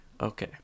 Okay